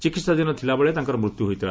ଚିକିହାଧୀନ ଥିଲାବେଳେ ତାଙ୍କର ମୃତ୍ୟୁ ହୋଇଥିଲା